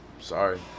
sorry